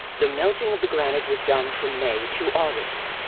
the melting of the granite was done from may to august.